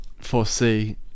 foresee